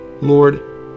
Lord